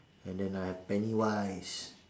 and then I have pennywise